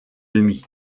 demi